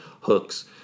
Hook's